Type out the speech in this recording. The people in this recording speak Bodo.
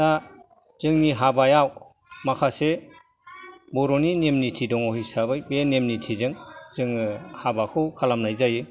दा जोंनि हाबायाव माखासे बर'नि नियम निथि दं हिसाबै बे नेम नेथिजों जोङो हाबाखौ खालामनाय जायो